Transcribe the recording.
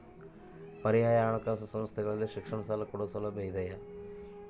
ಪರ್ಯಾಯ ಹಣಕಾಸು ಸಂಸ್ಥೆಗಳಲ್ಲಿ ಶಿಕ್ಷಣ ಸಾಲ ಕೊಡೋ ಸೌಲಭ್ಯ ಇದಿಯಾ?